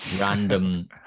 random